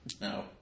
No